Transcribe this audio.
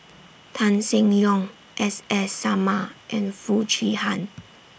Tan Seng Yong S S Sarma and Foo Chee Han